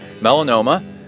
melanoma